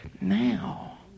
now